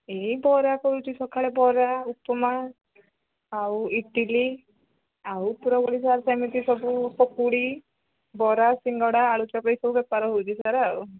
ଏ ବରା କରୁଛି ସକାଳେ ବରା ଉପମା ଆଉ ଇଟିଲି ଆଉ ଉପର ବେଳି ସାର୍ ସେମିତି ସବୁ ପକୁଡ଼ି ବରା ସିଙ୍ଗଡ଼ା ଆଳୁଚପ୍ ଏଇ ସବୁ ବେପାର ହେଉଛି ସାର